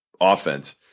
offense